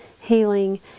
healing